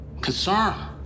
Concern